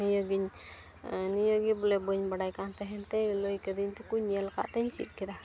ᱱᱤᱭᱟᱹᱜᱤᱧ ᱱᱤᱭᱟᱹ ᱜᱮ ᱵᱚᱞᱮ ᱵᱟᱹᱧ ᱵᱟᱲᱟᱭ ᱠᱟᱱ ᱛᱟᱦᱮᱱ ᱛᱮ ᱞᱟᱹᱭ ᱠᱟᱹᱫᱟᱹᱧ ᱛᱮᱠᱚ ᱧᱮᱞ ᱠᱟᱜ ᱛᱤᱧ ᱪᱮᱫ ᱠᱮᱫᱟ